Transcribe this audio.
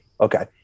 okay